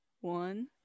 one